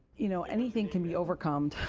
you know, anything can be overcome.